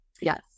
Yes